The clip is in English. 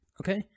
okay